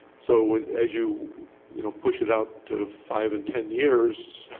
so as you you know push it out to five and ten years